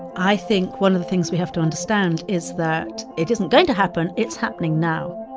i think one of the things we have to understand is that it isn't going to happen. it's happening now.